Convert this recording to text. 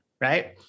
right